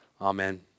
amen